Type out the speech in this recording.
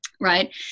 Right